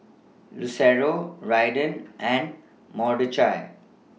Lucero Raiden and Mordechai